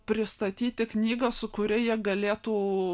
pristatyti knygą su kuria jie galėtų